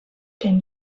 can